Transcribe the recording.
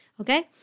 Okay